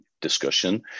discussion